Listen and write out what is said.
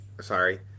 Sorry